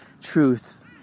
truth